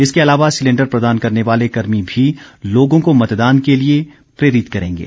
इसके अलावा सिलेंडर प्रदान करने वाले कर्मी भी लोगों को मतदान के प्रति प्रेरित करेंगे